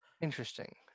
Interesting